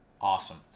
Awesome